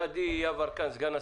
גדי יברקן, סגן השר,